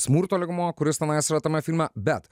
smurto lygmuo kuris tenais yra tame filme bet